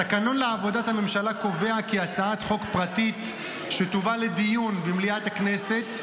התקנון לעבודת הממשלה קובע כי הצעת חוק פרטית שתובא לדיון במליאת הכנסת,